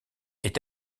est